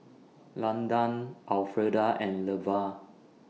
Landan Alfreda and Levar